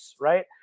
right